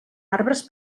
arbres